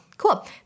Cool